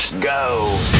Go